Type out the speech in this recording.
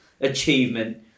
achievement